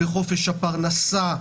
בחופש הפרנסה.